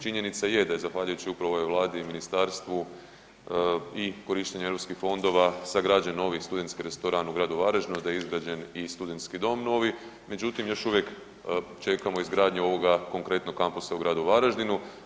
Činjenica je da je zahvaljujući upravo ovoj Vladi i ministarstvu i korištenje EU fondova sagrađen novi studentski restoran u gradu Varaždinu, da je izgrađen i studentski dom novi, međutim, još uvijek čekamo izgradnju ovoga konkretno, kampusa u gradu Varaždinu.